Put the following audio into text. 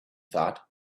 thought